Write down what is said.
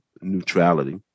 neutrality